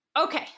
Okay